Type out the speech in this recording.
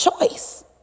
choice